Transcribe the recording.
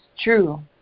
true